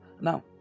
Now